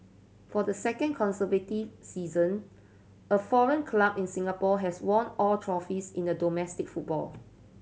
for the second consecutive season a foreign club in Singapore has won all trophies in domestic football